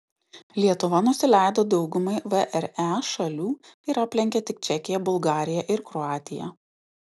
lietuva nusileido daugumai vre šalių ir aplenkė tik čekiją bulgariją ir kroatiją